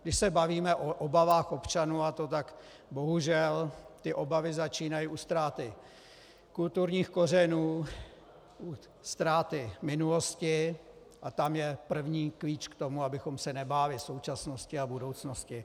Když se bavíme o obavách občanů, a to tak, bohužel, ty obavy začínají u ztráty kulturních kořenů, u ztráty minulosti a tam je první klíč k tomu, abychom se nebáli současnosti a budoucnosti.